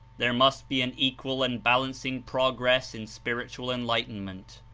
there must be an equal and balancing progress in spiritual enlightenment.